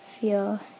feel